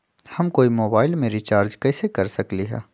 हम कोई मोबाईल में रिचार्ज कईसे कर सकली ह?